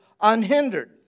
unhindered